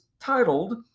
Titled